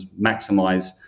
maximize